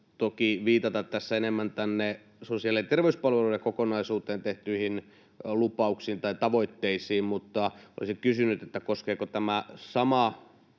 viitata tässä enemmän tänne sosiaali- ja terveyspalveluiden kokonaisuuteen tehtyihin lupauksiin tai tavoitteisiin, mutta olisin kysynyt, koskeeko tämä sama